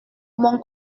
mon